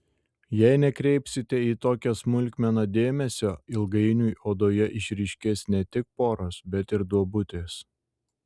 jei nekreipsite į tokią smulkmeną dėmesio ilgainiui odoje išryškės ne tik poros bet ir duobutės